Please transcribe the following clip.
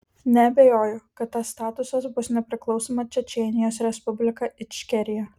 neabejoju kad tas statusas bus nepriklausoma čečėnijos respublika ičkerija